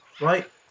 right